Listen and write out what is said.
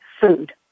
food